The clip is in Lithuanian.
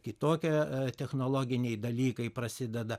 kitokia technologiniai dalykai prasideda